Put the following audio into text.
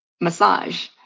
massage